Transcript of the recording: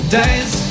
days